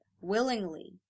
willingly